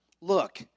Look